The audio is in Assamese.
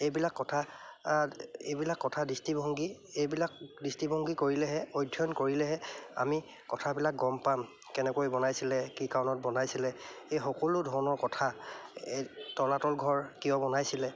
এইবিলাক কথা এইবিলাক কথা দৃষ্টিভংগী এইবিলাক দৃষ্টিভংগী কৰিলেহে অধ্যয়ন কৰিলেহে আমি কথাবিলাক গম পাম কেনেকৈ বনাইছিলে কি কাৰণত বনাইছিলে এই সকলো ধৰণৰ কথা এই তলাতল ঘৰ কিয় বনাইছিলে